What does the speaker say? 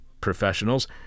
Professionals